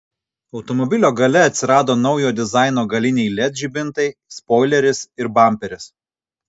automobilio gale atsirado naujo dizaino galiniai led žibintai spoileris ir bamperis